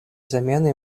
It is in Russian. замены